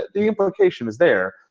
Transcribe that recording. the invocation is there.